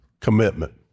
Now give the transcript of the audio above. Commitment